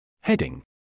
Heading